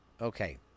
Okay